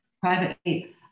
privately